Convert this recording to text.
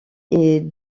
est